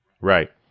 Right